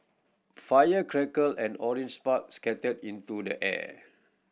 fire crackled and orange sparks scattered into the air